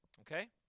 Okay